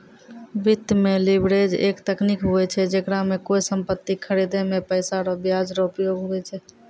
वित्त मे लीवरेज एक तकनीक हुवै छै जेकरा मे कोय सम्पति खरीदे मे पैसा रो ब्याज रो उपयोग हुवै छै